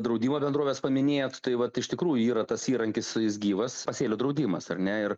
draudimo bendroves paminėjot tai vat iš tikrųjų yra tas įrankis jis gyvas pasėlių draudimas ar ne ir